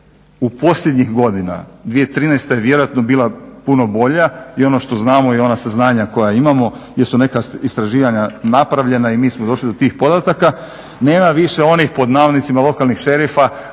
u posljednjih godina, 2013.je vjerojatno bila puno bolja i ono što znamo i ona saznanja koja imamo jesu neka istraživanja napravljena i mi smo došli do tih podataka. Nema više onih pod navodnicima lokalnih šerifa